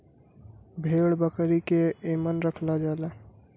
भेड़ बकरी के एमन रखल जाला